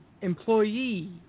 employee